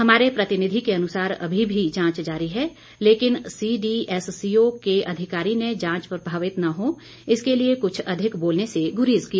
हमारे प्रतिनिधि के अनुसार अभी भी जांच जारी है लेकिन सीडीएससीओ के अधिकारी ने जांच प्रभावित न हो इसके लिए कुछ अधिक बोलने से गुरेज किया